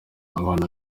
abantu